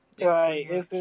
Right